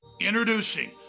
Introducing